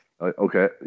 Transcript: Okay